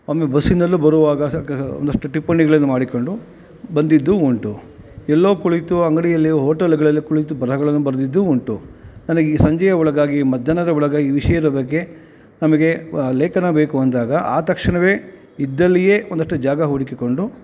ಒಮ್ಮೆ ಬಸ್ಸಿನಲ್ಲಿ ಬರುವಾಗ ಒಂದಷ್ಟು ಟಿಪ್ಪಣಿಗಳನ್ನು ಮಾಡಿಕೊಂಡು ಬಂದಿದ್ದೂ ಉಂಟು ಎಲ್ಲೋ ಕುಳಿತು ಅಂಗಡಿಯಲ್ಲಿ ಹೋಟೆಲ್ಗಳಲ್ಲಿ ಕುಳಿತು ಬರಹಗಳನ್ನು ಬರೆದಿದ್ದು ಉಂಟು ನನಗೆ ಈ ಸಂಜೆಯ ಒಳಗಾಗಿ ಮಧ್ಯಾಹ್ನದ ಒಳಗಾಗಿ ಈ ವಿಷಯದ ಬಗ್ಗೆ ನಮಗೆ ಲೇಖನ ಬೇಕು ಅಂದಾಗ ಆ ತಕ್ಷಣವೇ ಇದ್ದಲ್ಲಿಯೇ ಒಂದಷ್ಟು ಜಾಗ ಹುಡುಕಿಕೊಂಡು